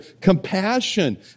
compassion